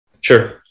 Sure